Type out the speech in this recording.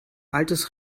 altes